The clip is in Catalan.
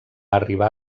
arribar